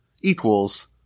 equals